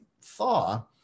thaw